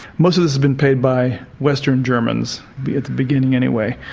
most of this has been paid by western germans, at the beginning anyway.